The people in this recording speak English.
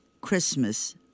Christmas